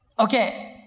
okay,